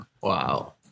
Wow